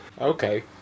Okay